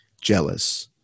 jealous